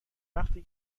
وفتی